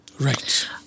Right